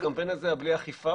הקמפיין הזה היה בלי אכיפה,